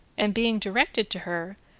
and being directed to her,